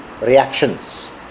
reactions